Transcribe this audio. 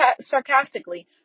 sarcastically